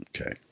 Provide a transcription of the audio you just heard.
Okay